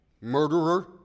murderer